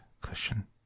cushion